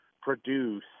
produce